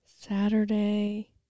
Saturday